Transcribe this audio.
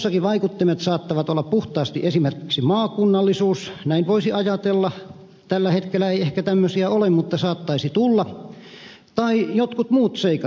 joissakin vaikuttimena saattaa olla puhtaasti esimerkiksi maakunnallisuus näin voisi ajatella tällä hetkellä ei ehkä tämmöisiä ole mutta saattaisi tulla tai jotkut muut seikat